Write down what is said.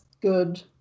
good